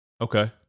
okay